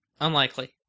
Unlikely